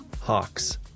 Hawks